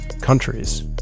countries